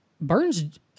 Burns